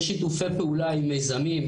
יש שיתופי פעולה עם מיזמים,